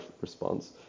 response